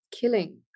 killing